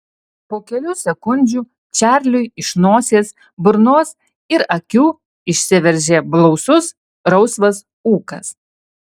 po kelių sekundžių čarliui iš nosies burnos ir akių išsiveržė blausus rausvas ūkas